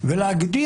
מספיק להגיע